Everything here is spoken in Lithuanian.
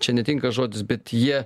čia netinka žodis bet jie